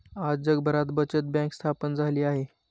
आज जगभरात बचत बँक स्थापन झाली आहे